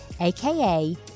AKA